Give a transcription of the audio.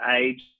age